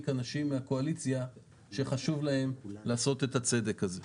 אנשים מהקואליציה שחשוב להם לעשות את הצדק הזה.